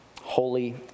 Holy